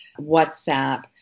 WhatsApp